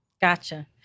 Gotcha